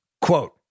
Quote